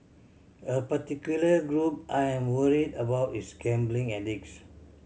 a particular group I am worried about is gambling addicts